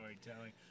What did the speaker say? Storytelling